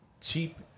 cheap